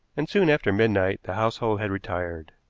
and soon after midnight the household had retired.